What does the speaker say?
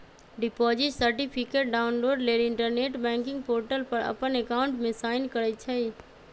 deposit certificate download लेल internet banking portal पर अप्पन अकाउंट में साइन करइ छइ